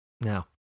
Now